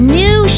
new